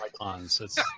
icons